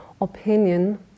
opinion